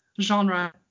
genre